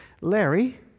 Larry